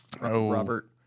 Robert